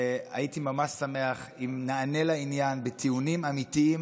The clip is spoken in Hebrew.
והייתי ממש שמח אם נענה לעניין בטיעונים אמיתיים